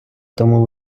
тому